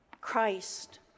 Christ